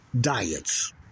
diets